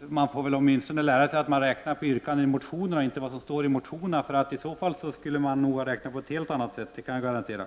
man åtminstone borde ha lärt sig att man räknar på yrkandena i reservationerna och inte på vad som står i motionerna. I så fall skulle man nog behöva räkna på ett helt annat sätt, det kan jag garantera.